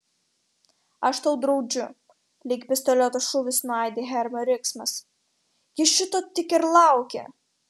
aš tau draudžiu lyg pistoleto šūvis nuaidi hermio riksmas ji šito tik ir laukia